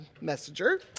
messenger